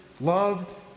love